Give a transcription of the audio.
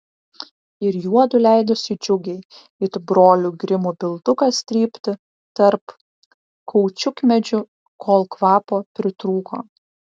ir juodu leidosi džiugiai it brolių grimų bildukas trypti tarp kaučiukmedžių kol kvapo pritrūko